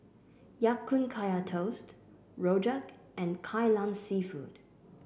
Ya Kun Kaya Toast Rojak and Kai Lan seafood